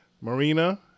Marina